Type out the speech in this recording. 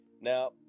now